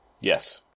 yes